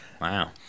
Wow